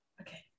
okay